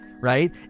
right